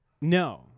No